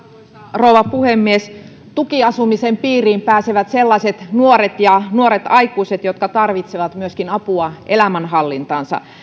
rouva puhemies tukiasumisen piiriin pääsevät sellaiset nuoret ja nuoret aikuiset jotka tarvitsevat myöskin apua elämänhallintaansa